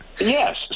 Yes